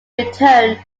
return